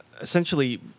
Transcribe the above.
essentially